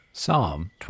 Psalm